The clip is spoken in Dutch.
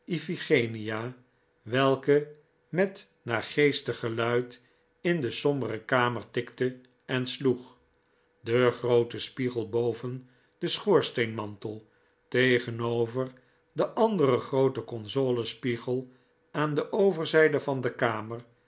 iphigenia welke met naargeestig geluid in de sombere kamer tikte en sloeg de groote spiegel boven den schoorsteenmantel tegenover den anderen grooten console spiegel aan de overzijde van de kamer